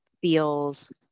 feels